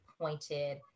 pointed